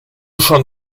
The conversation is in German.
schon